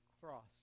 cross